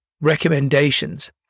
recommendations